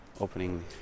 opening